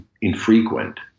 infrequent